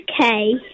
okay